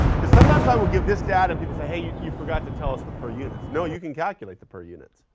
because sometimes i will give this data and people say hey, you forgot to tell us the per units. no, you can calculate the per units,